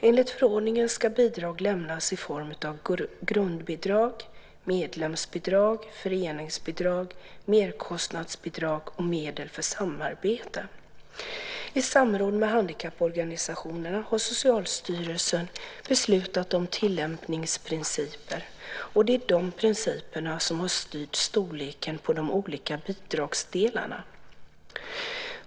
Enligt förordningen ska bidrag lämnas i form av grundbidrag, medlemsbidrag, föreningsbidrag, merkostnadsbidrag och medel för samarbete. I samråd med handikapporganisationerna har Socialstyrelsen beslutat om tillämpningsprinciper. Det är de principerna som har styrt storleken på de olika bidragsdelarna.